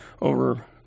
over